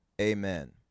amen